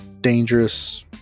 dangerous